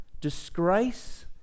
disgrace